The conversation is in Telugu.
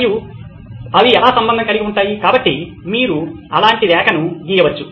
మరియు అవి ఎలా సంబంధం కలిగి ఉంటాయి కాబట్టి మీరు అలాంటి రేఖను గీయవచ్చు